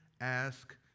Ask